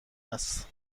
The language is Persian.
هست